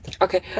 okay